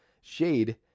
shade